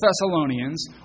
Thessalonians